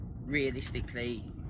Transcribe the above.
Realistically